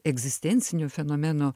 egzistencinio fenomeno